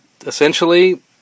essentially